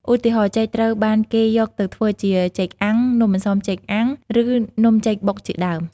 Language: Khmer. ឧទាហរណ៍ ចេកត្រូវបានគេយកទៅធ្វើជាចេកអាំង នំអន្សមចេកអាំង ឬនំចេកបុកជាដើម។